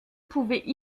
pouvaient